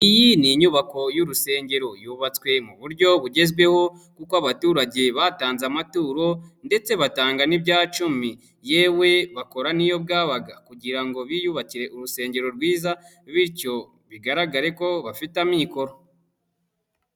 Iyi ni inyubako y'urusengero, yubatswe mu buryo bugezweho kuko abaturage batanze amaturo ndetse batanga n'ibya cumi, yewe bakora n'iyo bwabaga kugira ngo biyubakire urusengero rwiza, bityo bigaragare ko bafite amikoro.